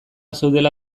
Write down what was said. zeudela